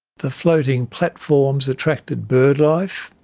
the floating platforms attracted birdlife,